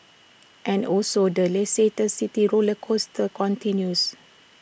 and also the Leicester city roller coaster continues